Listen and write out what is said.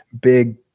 big